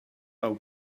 are